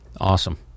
Awesome